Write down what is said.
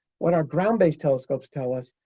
what our ground-based telescopes tell us,